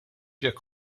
jekk